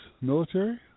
military